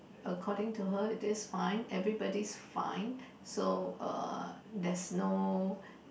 according to her if this fine everybody's fine so uh there's no